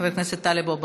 חבר הכנסת טלב אבו עראר,